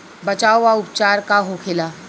बचाव व उपचार का होखेला?